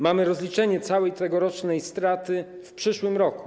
Mamy rozliczenie całej tegorocznej straty w przyszłym roku.